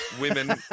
women